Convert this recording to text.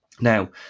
Now